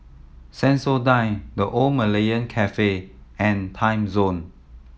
Sensodyne The Old Malaya Cafe and Timezone